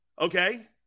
okay